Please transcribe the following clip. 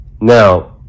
Now